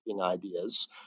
ideas